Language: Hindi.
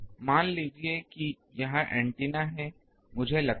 मान लीजिए कि यह ऐन्टेना है मुझे लगता है